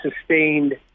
sustained